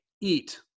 eat